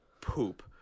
poop